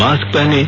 mask पहनें